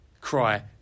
cry